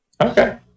Okay